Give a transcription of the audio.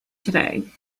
today